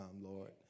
Lord